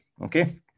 okay